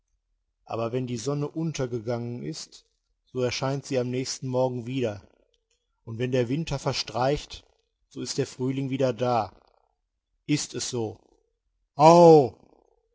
aber wenn die sonne untergegangen ist so erscheint sie am nächsten morgen wieder und wenn der winter verstreicht so ist der frühling wieder da ist es so